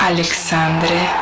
Alexandre